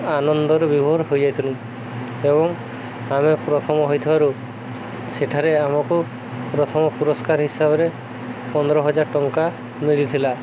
ଆନନ୍ଦରେ ବିଭୋର ହୋଇଯାଇଥିଲୁ ଏବଂ ଆମେ ପ୍ରଥମ ହୋଇଥିବାରୁ ସେଠାରେ ଆମକୁ ପ୍ରଥମ ପୁରସ୍କାର ହିସାବରେ ପନ୍ଦର ହଜାର ଟଙ୍କା ମିଳିଥିଲା